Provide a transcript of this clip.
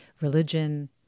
religion